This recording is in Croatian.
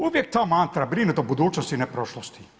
Uvijek ta mantra brinut o budućnosti, ne prošlosti.